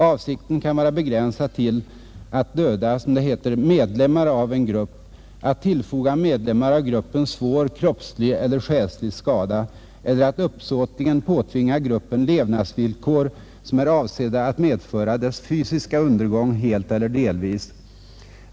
Avsikten kan vara begränsad till att döda, som det heter, medlemmar av en grupp, att ”tillfoga medlemmar av gruppen svår kroppslig eller själslig skada” eller att ”uppsåtligen påtvinga gruppen levnadsvillkor, som är avsedda att medföra dess fysiska undergång helt eller delvis”.